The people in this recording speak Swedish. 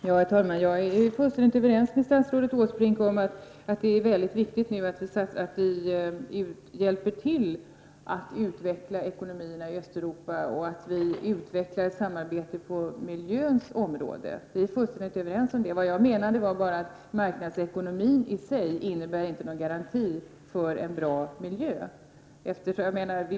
Herr talman! Jag är fullständigt överens med statsrådet Åsbrink om att det är väldigt viktigt att vi hjälper till att utveckla ekonomierna i Östeuropa och att vi utvecklar ett samarbete på miljöns område. Vad jag menade var bara att marknadsekonomin inte innebär någon garanti för en bra miljö.